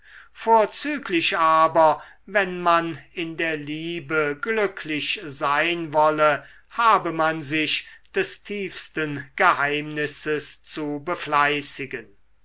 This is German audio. vorzüglich aber wenn man in der liebe glücklich sein wolle habe man sich des tiefsten geheimnisses zu befleißigen